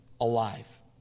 alive